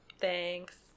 Thanks